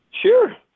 Sure